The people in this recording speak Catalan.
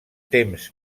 temps